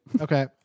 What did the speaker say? Okay